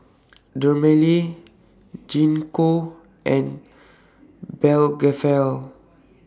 Dermale Gingko and